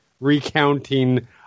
recounting